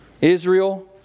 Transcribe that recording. Israel